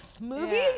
movie